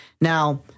Now